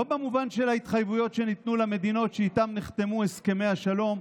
לא במובן של ההתחייבויות שניתנו למדינות שאיתן נחתמו הסכמי השלום,